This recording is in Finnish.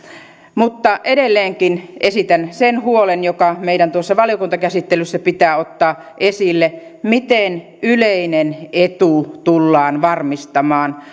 edelleenkin esitän sen huolen joka meidän tuossa valiokuntakäsittelyssä pitää ottaa esille miten yleinen etu tullaan varmistamaan